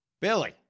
Billy